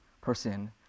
person